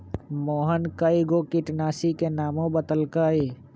मोहन कै गो किटनाशी के नामो बतलकई